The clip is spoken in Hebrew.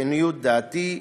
לעניות דעתי,